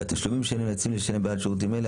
והתשלומים שהם נאלצים לשלם בעד שירותים אלה,